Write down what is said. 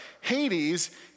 Hades